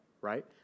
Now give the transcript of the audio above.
right